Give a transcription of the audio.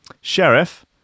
Sheriff